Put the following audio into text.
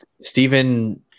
Stephen